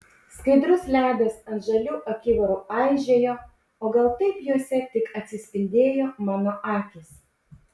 skaidrus ledas ant žalių akivarų aižėjo o gal taip juose tik atsispindėjo mano akys